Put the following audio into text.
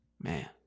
man